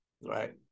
right